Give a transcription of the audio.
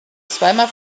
zweimal